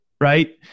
right